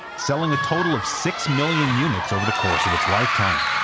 selling a total of six million units over the course of its lifetime.